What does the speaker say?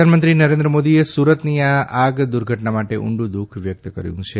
પ્રધાનમંત્રી નરેન્દ્ર મોદીએ સુરતની આ આગ દુર્ઘટના માટે ઉંડું દુખ વ્યક્ત કર્યું છે